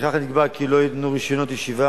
לפיכך נקבע כי לא יינתנו רשיונות ישיבה